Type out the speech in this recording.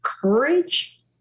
courage